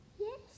Yes